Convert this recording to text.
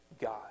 God